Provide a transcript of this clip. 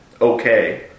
okay